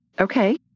Okay